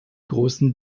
großen